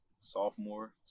sophomore